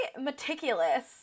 meticulous